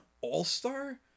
all-star